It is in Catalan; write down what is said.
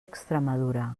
extremadura